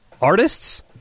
artists